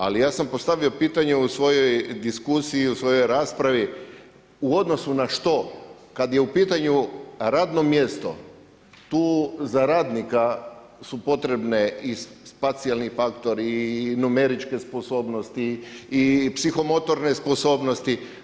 Ali ja sam postavio pitanje u svojoj diskusiji i u svojoj raspravi u odnosu na što, kad je pitanju radno mjesto, tu za radnika su potrebne i ... faktori i numeričke sposobnosti i psihomotorne sposobnosti.